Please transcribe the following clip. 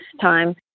time